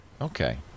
Okay